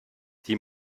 die